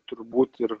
turbūt ir